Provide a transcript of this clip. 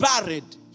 buried